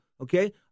okay